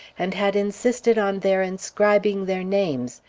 and had insisted on their inscribing their names,